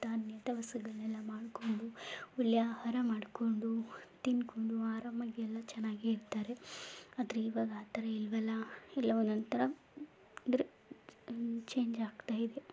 ಧಾನ್ಯ ದವಸಗಳನ್ನೆಲ್ಲ ಮಾಡಿಕೊಂಡು ಒಳ್ಳೆಯ ಆಹಾರ ಮಾಡಿಕೊಂಡು ತಿಂದ್ಕೊಂಡು ಆರಾಮಾಗಿ ಎಲ್ಲ ಚೆನ್ನಾಗೇ ಇರ್ತಾರೆ ಆದರೆ ಈವಾಗ ಆ ಥರ ಇಲ್ಲವಲ್ಲ ಎಲ್ಲ ಒಂದೊಂದು ಥರ ಅಂದರೆ ಚೇಂಜಾಗ್ತಾಯಿದೆ